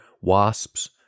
wasps